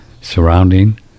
surrounding